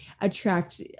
attract